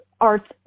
arts